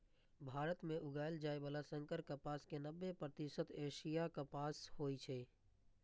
भारत मे उगाएल जाइ बला संकर कपास के नब्बे प्रतिशत एशियाई कपास होइ छै